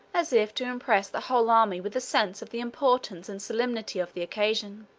as if to impress the whole army with a sense of the importance and solemnity of the occasion.